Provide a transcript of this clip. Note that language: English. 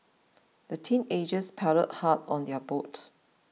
the teenagers paddled hard on their boat